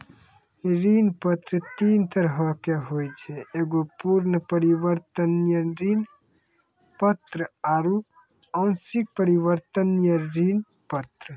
ऋण पत्र तीन तरहो के होय छै एगो पूर्ण परिवर्तनीय ऋण पत्र आरु आंशिक परिवर्तनीय ऋण पत्र